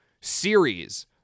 series